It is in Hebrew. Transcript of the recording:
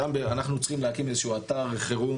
שם אנחנו צריכים להקים איזה שהוא אתר חירום